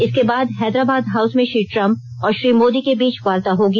इसके बाद हैदराबाद हाउस में श्री ट्रम्प और श्री मोदी के बीच वार्ता होगी